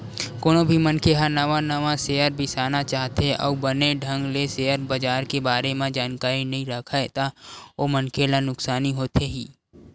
कोनो भी मनखे ह नवा नवा सेयर बिसाना चाहथे अउ बने ढंग ले सेयर बजार के बारे म जानकारी नइ राखय ता ओ मनखे ला नुकसानी होथे ही